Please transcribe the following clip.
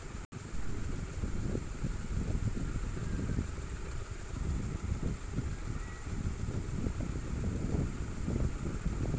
Credit score ఏ విధంగా పెరుగుతుంది?